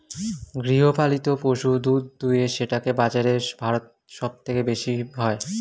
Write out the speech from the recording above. গৃহপালিত পশু দুধ দুয়ে সেটাকে বাজারে ভারত সব থেকে বেশি হয়